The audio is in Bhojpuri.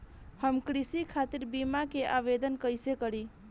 हम कृषि खातिर बीमा क आवेदन कइसे करि?